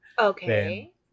Okay